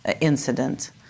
incident